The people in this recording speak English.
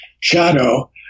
shadow